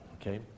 Okay